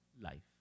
life